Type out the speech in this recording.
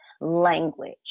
language